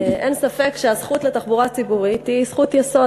אין ספק שהזכות לתחבורה ציבורית היא זכות יסוד,